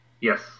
Yes